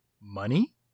Money